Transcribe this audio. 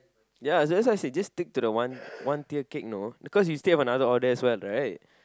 ya that that's why I said just stick to the one one tier cake no cause you still have another order as well right